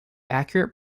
accurate